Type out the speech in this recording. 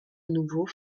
nouveau